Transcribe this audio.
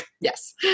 yes